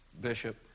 bishop